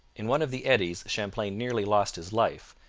in one of the eddies champlain nearly lost his life,